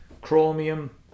chromium